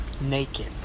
naked